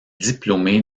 diplômé